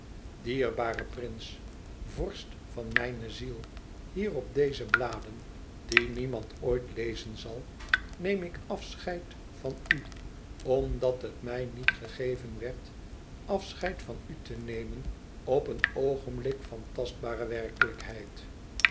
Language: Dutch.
dierbare prins vorst van mijne ziel hier op deze bladen die niemand ooit lezen zal neem ik afscheid van u omdat het mij niet gegeven werd afscheid van u te nemen op een oogenblik van tastbare werkelijkheid